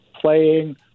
playing